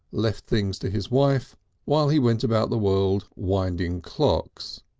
left things to his wife while he went about the world winding clocks,